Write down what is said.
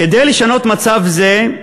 כדי לשנות מצב זה,